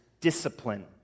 discipline